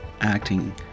acting